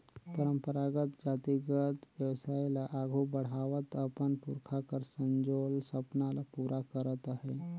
परंपरागत जातिगत बेवसाय ल आघु बढ़ावत अपन पुरखा कर संजोल सपना ल पूरा करत अहे